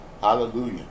Hallelujah